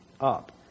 up